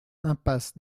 impasse